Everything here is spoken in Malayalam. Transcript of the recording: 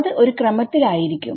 അത് ഒരു ക്രമത്തിൽ ആയിരിക്കും